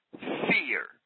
fear